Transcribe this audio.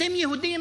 אתם יהודים,